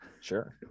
sure